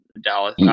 Dallas